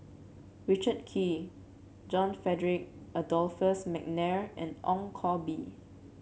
Richard Kee John Frederick Adolphus McNair and Ong Koh Bee